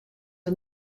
der